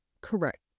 Correct